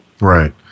Right